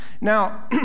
Now